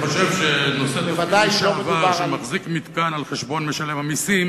אני חושב שנושא תפקיד לשעבר שמחזיק מתקן על חשבון משלם המסים,